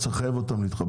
מאשרים להם את זה מהר,